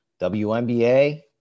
WNBA